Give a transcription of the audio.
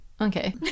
Okay